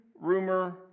rumor